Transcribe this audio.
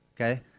Okay